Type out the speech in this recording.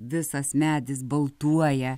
visas medis baltuoja